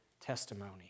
testimony